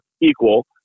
equal